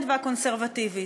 חבר הכנסת חזן,